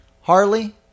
Harley